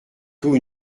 tout